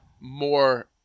more